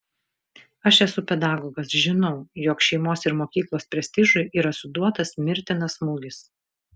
aš esu pedagogas žinau jog šeimos ir mokyklos prestižui yra suduotas mirtinas smūgis